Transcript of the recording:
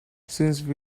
since